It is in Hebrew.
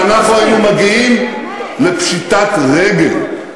שאנחנו היינו מגיעים לפשיטת רגל.